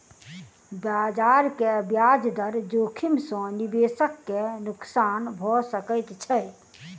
बजार के ब्याज दर जोखिम सॅ निवेशक के नुक्सान भ सकैत छै